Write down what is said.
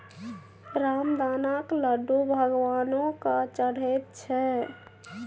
रामदानाक लड्डू भगवानो केँ चढ़ैत छै